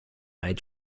made